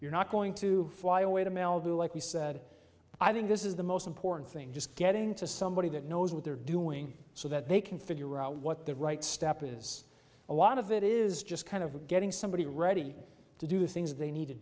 you're not going to fly away to meldrew like he said i think this is the most important thing just getting to somebody that knows what they're doing so that they can figure out what the right step is a lot of it is just kind of getting somebody ready to do the things they need to